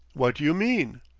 what do you mean?